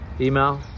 Email